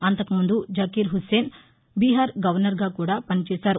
అంతకుముందు జాకిర్ హుస్సేన్ బీహార్ గవర్నర్గా కూడా పనిచేశారు